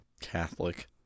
Catholic